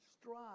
Strive